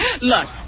look